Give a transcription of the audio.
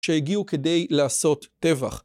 שהגיעו כדי לעשות טבח.